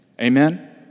Amen